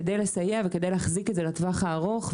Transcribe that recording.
כדי לסייע וכדי להחזיק את זה לטווח הארוך,